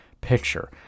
picture